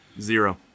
Zero